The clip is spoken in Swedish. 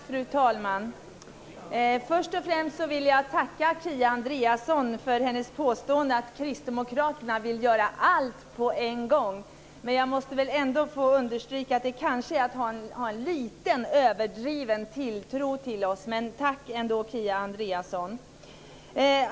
Fru talman! Först och främst vill jag tacka Kia Andreasson för hennes påstående att Kristdemokraterna vill göra allt på en gång, men jag måste väl ändå få understryka att det kanske är att ha en lite överdriven tilltro till oss. Men tack ändå, Kia Andreasson!